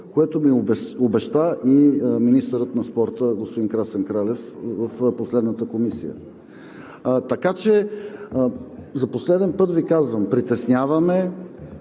което ми обеща и министърът на спорта господин Красен Кралев в последната Комисия. За последен път Ви казвам: притеснява ме